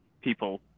people